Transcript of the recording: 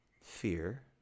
fear